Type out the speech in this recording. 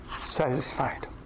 satisfied